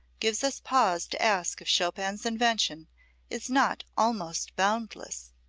gives us pause to ask if chopin's invention is not almost boundless.